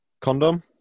condom